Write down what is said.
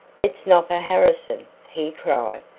it's nopper harrison! he cried,